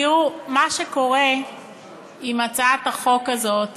תראו, מה שקורה עם הצעת החוק הזאת